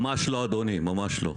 ממש לא אדוני, ממש לא.